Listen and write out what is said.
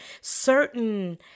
certain